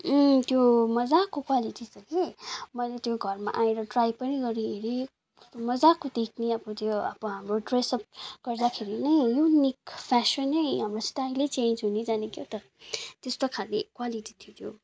अँ त्यो मज्जाको क्वालिटी छ कि मैले त्यो घरमा आएर ट्राई पनि गरिहेरेँ मज्जाको देख्ने अब त्यो अब हाम्रो ड्रेसअप गर्दाखेरि नै युनिक फेसन नै अब स्टाइलै चेन्ज हुँदै जाने क्या त त्यस्तो खाले क्वालिटी थियो त्यो